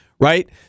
Right